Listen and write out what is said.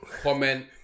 comment